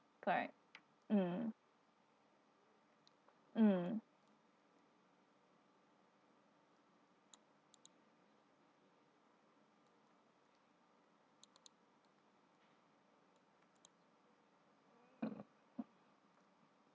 cor rect mm mm